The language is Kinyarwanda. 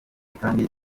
kandi